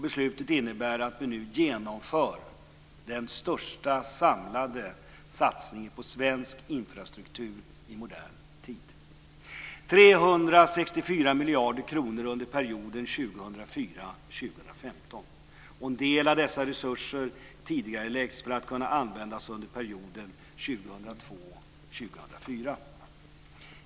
Beslutet innebär att vi nu genomför den största samlade satsning på svensk infrastruktur i modern tid. Det satsas nu 364 miljarder kronor under perioden 2004-2015. En del av dessa resurser tidigareläggs för att kunna användas under perioden 2002-2004.